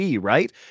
right